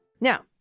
Now